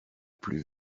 plus